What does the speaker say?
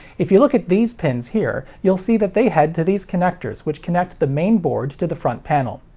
if you look at these pins here, you'll see that they head to these connectors which connect the main board to the front panel.